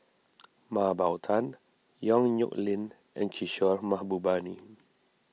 Mah Bow Tan Yong Nyuk Lin and Kishore Mahbubani